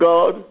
God